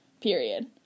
Period